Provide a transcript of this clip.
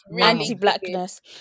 anti-blackness